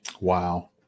Wow